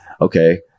Okay